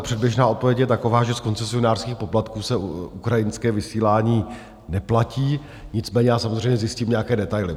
Předběžná odpověď je taková, že z koncesionářských poplatků se ukrajinské vysílání neplatí, nicméně samozřejmě zjistím nějaké detaily.